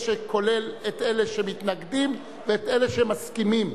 שכולל את אלה שמתנגדים ואת אלה שמסכימים,